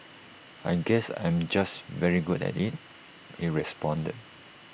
I guess I'm just very good at IT he responded